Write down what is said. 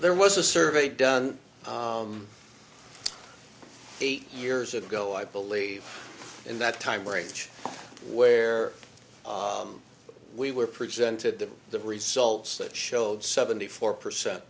there was a survey done eight years ago i believe in that time range where we were presented that the results that showed seventy four percent